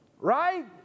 Right